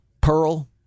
Pearl